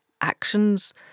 actions